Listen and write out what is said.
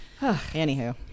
Anywho